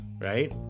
right